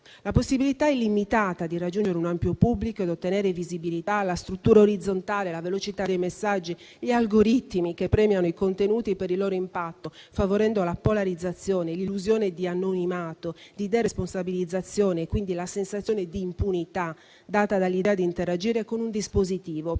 La possibilità illimitata di raggiungere un ampio pubblico ed ottenere visibilità, la struttura orizzontale, la velocità dei messaggi, gli algoritmi che premiano i contenuti per i loro impatto, favorendo la polarizzazione, l'illusione di anonimato, di deresponsabilizzazione e quindi la sensazione di impunità, data dall'idea di interagire con un dispositivo più